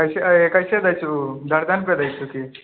कैसे दै छहौं दर्जनमे दै छै की